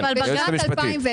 בג"ץ 2020,